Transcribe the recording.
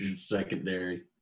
Secondary